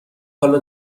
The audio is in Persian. حالا